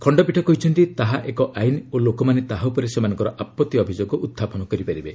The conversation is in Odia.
ଖଶ୍ତପୀଠ କହିଛନ୍ତି ତାହା ଏକ ଆଇନ ଓ ଲୋକମାନେ ତାହା ଉପରେ ସେମାନଙ୍କର ଆପଭି ଅଭିଯୋଗ ଉତ୍ଥାପନ କରିପାରିବେ